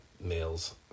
males